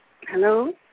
hello